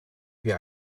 wir